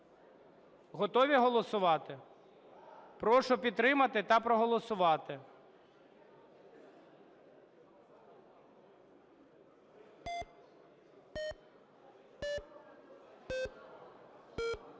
Готові голосувати? Прошу підтримати та проголосувати.